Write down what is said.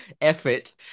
effort